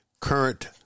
current